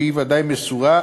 שהיא ודאי מסורה,